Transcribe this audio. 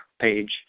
page